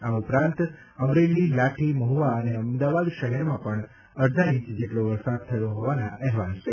આ ઉપરાંત અમરેલી લાઠી મહુવા અને અમદાવાદ શહેરમાં પણ અડધા ઈંચ જેટલો વરસાદ થયો હોવાના અહેવાલ છે